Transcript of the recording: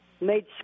made